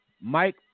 Mike